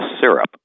syrup